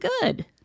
good